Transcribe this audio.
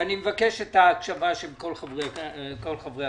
מבקש את ההקשבה של כל חברי הכנסת.